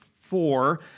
four